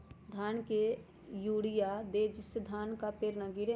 धान में कितना यूरिया दे जिससे धान का पेड़ ना गिरे?